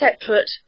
separate